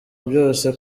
byose